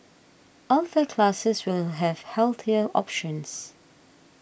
all fare classes will have healthier options